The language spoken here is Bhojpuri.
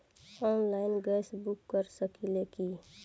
आनलाइन गैस बुक कर सकिले की?